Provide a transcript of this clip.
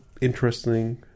interesting